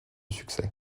succès